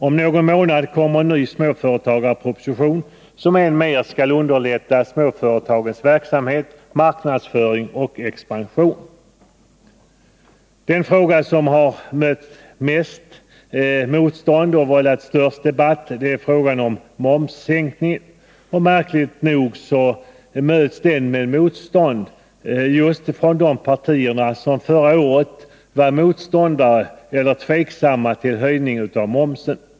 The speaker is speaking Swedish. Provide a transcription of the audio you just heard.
Om någon månad kommer en ny småföretagarproposition, som än mer skall underlätta småföretagens verksamhet, marknadsföring och expansion. Det förslag som har mött mest motstånd och vållat den största debatten är förslaget om momssänkning. Märkligt nog möts förslaget med motstånd just från de partier som förra året var motståndare till — eller tveksamma inför — höjning av momsen.